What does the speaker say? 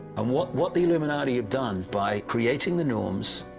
um what what the illuminati have done, by creating the norms,